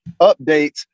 updates